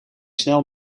snel